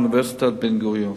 באוניברסיטת בן-גוריון.